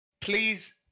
Please